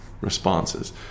responses